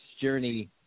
journey